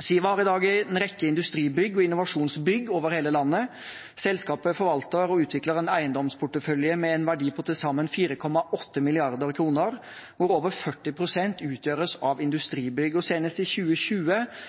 Siva har i dag en rekke industribygg og innovasjonsbygg over hele landet. Selskapet forvalter og utvikler en eiendomsportefølje med en verdi på til sammen 4,8 mrd. kr, hvor over 40 pst. utgjøres av industribygg. Senest i 2020